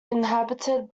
inhabited